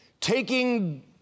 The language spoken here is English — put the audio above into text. taking